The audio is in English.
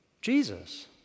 Jesus